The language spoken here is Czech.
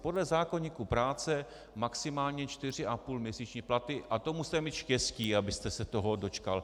Podle zákoníku práce maximálně čtyři a půl měsíčního platu a to musíte mít štěstí, abyste se toho dočkal.